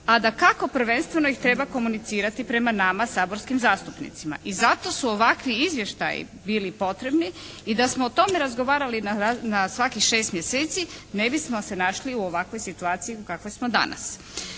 a dakako prvenstveno ih treba komunicirati prema nama saborskim zastupnicima. I zato su ovakvi izvještaji bili potrebni. I da smo o tome razgovarali na svakih 6 mjeseci ne bismo se našli u ovakvoj situaciji u kakvoj danas.